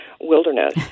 wilderness